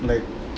like